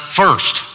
first